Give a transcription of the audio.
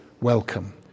welcome